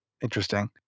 Interesting